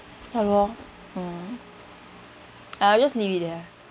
ya lor mm I'll just leave it there lah